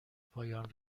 پایان